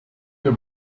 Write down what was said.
your